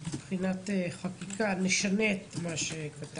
מבחינת חקיקה, למה לא נשנה את מה שכתבנו,